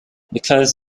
because